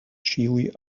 ĉiuj